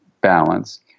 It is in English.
balance